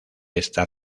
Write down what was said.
esta